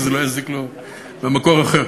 שזה לא יזיק לו במקום אחר.